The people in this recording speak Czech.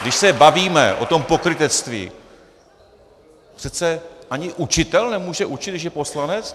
Když se bavíme o tom pokrytectví, přece ani učitel nemůže učit, když je poslanec?